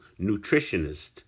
nutritionist